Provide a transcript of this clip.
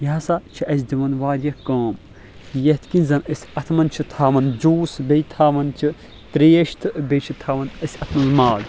یہِ ہسا چھ اَسہِ دِوان واریاہ کأم یتھ کِنۍ زن اتھ منٛز چھ تھاوان جوٗس بیٚیہِ تھاوان چھ تریش تہٕ بیٚیہِ چھ تھاوان اَتھ منٛز ماز